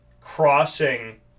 crossing